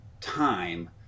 time